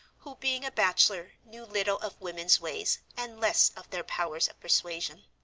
who, being a bachelor, knew little of women's ways, and less of their powers of persuasion.